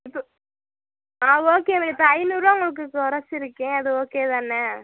இப்போ ஆ ஓகே இப்போ ஐநூறுரூபா உங்களுக்கு குறச்சிருக்கேன் அது ஓகேதானே